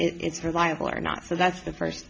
it's reliable or not so that's the first